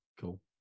Cool